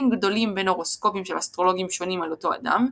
גדולים בין הורוסקופים של אסטרולוגים שונים על אותו אדם,